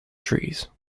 trees